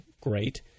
Great